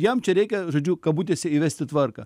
jam čia reikia žodžiu kabutėse įvesti tvarką